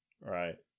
Right